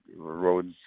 roads